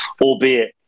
albeit